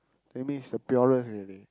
that means the purest already